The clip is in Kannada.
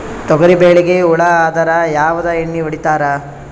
ತೊಗರಿಬೇಳಿಗಿ ಹುಳ ಆದರ ಯಾವದ ಎಣ್ಣಿ ಹೊಡಿತ್ತಾರ?